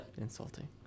Insulting